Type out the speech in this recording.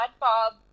Bob